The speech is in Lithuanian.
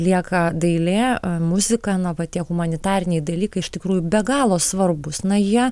lieka dailė muzika na va tie humanitariniai dalykai iš tikrųjų be galo svarbūs na jie